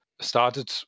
started